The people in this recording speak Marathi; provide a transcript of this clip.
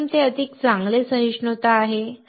प्रथम ते अधिक चांगले सहिष्णुता आहे